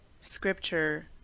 scripture